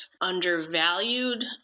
undervalued